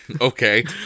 okay